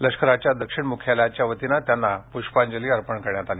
लष्कराच्या दक्षिण मुख्यालयाच्या वतीनं त्यांना पुष्पांजली अर्पण करण्यात आली